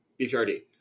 bprd